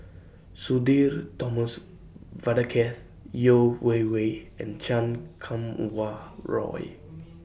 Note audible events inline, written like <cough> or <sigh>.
Sudhir Thomas <noise> Vadaketh Yeo Wei Wei and Chan Kum Wah Roy